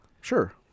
Sure